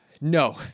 No